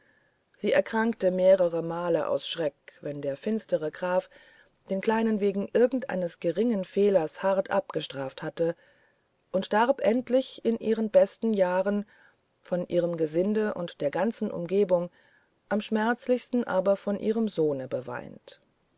sie erkrankte mehrere male aus schrecken wenn der finstere graf den kleinen wegen irgendeines geringen fehlers hart abgestraft hatte und starb endlich in ihren besten jahren von ihrem gesinde und der ganzen umgegend am schmerzlichsten aber von ihrem sohn beweint